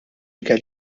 ikel